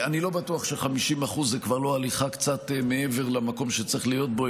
אני לא בטוח ש-50% זה כבר לא הליכה קצת מעבר למקום שצריך להיות בו.